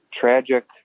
tragic